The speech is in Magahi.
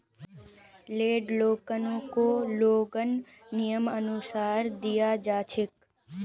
लैंड लोनकको लोगक नियमानुसार दियाल जा छेक